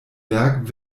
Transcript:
werk